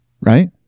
Right